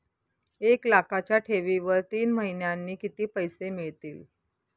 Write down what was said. एक लाखाच्या ठेवीवर तीन महिन्यांनी किती पैसे मिळतील?